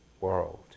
world